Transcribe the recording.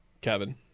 Kevin